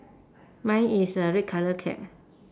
mine is red colour cap